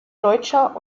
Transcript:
deutscher